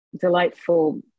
delightful